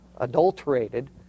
adulterated